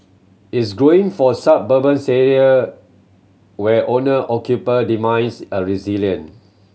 is growing for suburbans area where owner occupier demands a resilient